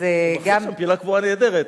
הוא מחזיק שם פינה קבועה נהדרת.